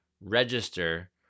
register